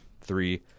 Three